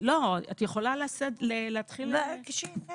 יכול להתייחס מה קרה מאפריל 2022 שהתחילו ההכשרות,